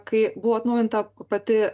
kai buvo atnaujinta pati